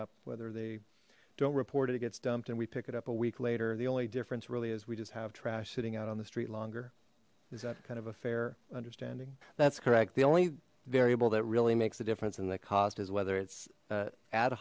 up whether they don't report it gets dumped and we pick it up a week later the only difference really is we just have trash sitting out on the street longer is that kind of a fair understanding that's correct the only variable that really makes a difference in the cost is whether it's